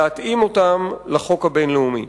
להתאים אותם לחוק הבין-לאומי.